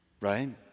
Right